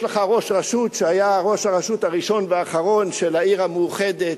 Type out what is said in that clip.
יש לך ראש רשות שהיה ראש הרשות הראשון והאחרון של העיר המאוחדת,